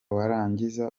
warangiza